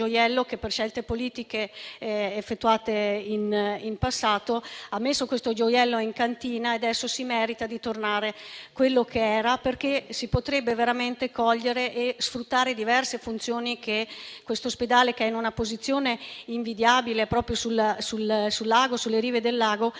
che, per scelte politiche effettuate in passato, è stato riposto in cantina e adesso merita di tornare quello che era. Si potrebbero veramente cogliere e sfruttare diverse funzioni di questo ospedale che, essendo in una posizione invidiabile, proprio sulle rive del lago